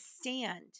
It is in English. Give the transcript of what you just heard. stand